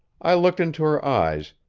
i looked into her eyes,